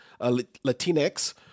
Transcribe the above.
Latinx